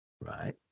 right